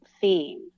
theme